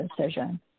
decision